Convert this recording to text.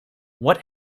what